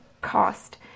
cost